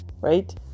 right